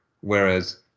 whereas